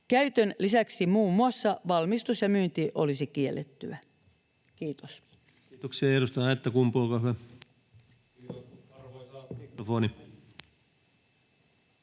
Käytön lisäksi muun muassa valmistus ja myynti olisi kiellettyä. — Kiitos. Kiitoksia. — Edustaja Aittakumpu, olkaa hyvä. Arvoisa puhemies!